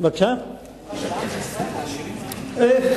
חלוקה של עם ישראל לעשירים ועניים?